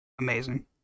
amazing